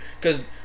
Cause